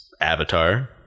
Avatar